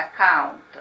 account